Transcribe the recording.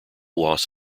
loss